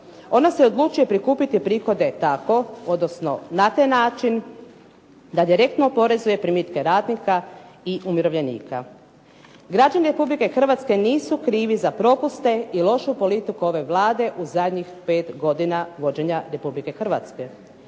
ona se odlučuje prikupiti prihode tako, odnosno na taj način da direktno oporezuje primitke radnika i umirovljenika. Građani Republike Hrvatske nisu krivi za propuste i lošu politiku ove Vlade u zadnjih 5 godina vođenja Republike Hrvatske.